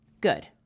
Good